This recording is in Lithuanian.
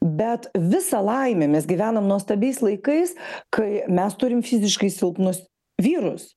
bet visa laimė mes gyvenam nuostabiais laikais kai mes turim fiziškai silpnus vyrus